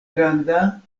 granda